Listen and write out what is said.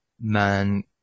man